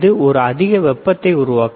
இது ஒரு அதிக வெப்பத்தை உருவாக்கும்